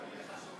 תיקח,